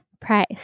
price